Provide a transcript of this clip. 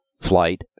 flight